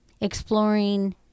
exploring